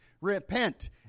Repent